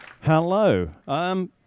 Hello